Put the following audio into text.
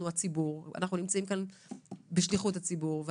אנחנו הציבור ואנחנו נמצאים כאן בשליחות הציבור.